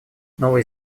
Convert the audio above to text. новая